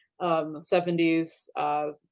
70s